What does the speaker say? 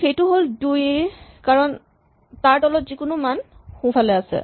আৰু সেইটো হ'ল ২ কাৰণ তাৰ তলৰ যিকোনো মান সোঁফালে আছে